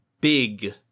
big